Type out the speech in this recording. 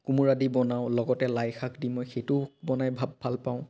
কোমোৰা দি বনাওঁ লগতে লাই শাক দি মই সেইটোও বনাই ভা ভাল পাওঁ